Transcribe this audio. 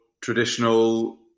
traditional